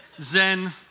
Zen